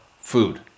food